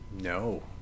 No